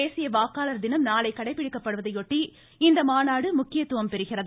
தேசிய வாக்காளர் தினம் நாளை கடைபிடிக்கப்படுவதையொட்டி இந்த மாநாடு முக்கியத்துவம் பெறுகிறது